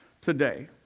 today